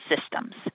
systems